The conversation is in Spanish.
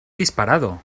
disparado